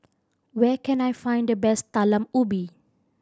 where can I find the best Talam Ubi